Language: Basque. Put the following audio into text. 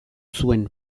zuen